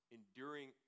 Enduring